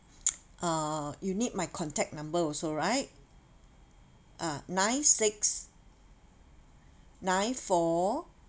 uh you need my contact number also right uh nine six nine four